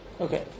Okay